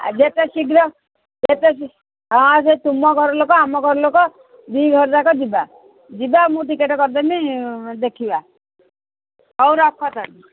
ଯେତେ ଶୀଘ୍ର ଯେତେ ହଁ ସେ ତୁମ ଘର ଲୋକ ଆମ ଘର ଲୋକ ଦୁଇ ଘର ଯାକ ଯିବା ଯିବା ମୁଁ ଟିକେଟ କରିଦେଇଥିବି ଦେଖିବା ହଉ ରଖ ତାହେଲେ